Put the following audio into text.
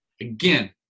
again